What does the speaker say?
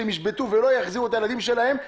שהם ישבתו ולא יחזירו את הילדים שלהם,